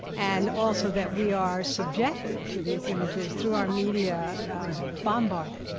and also, that we are subjected to these images through our media bombarded